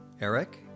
eric